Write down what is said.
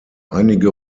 einige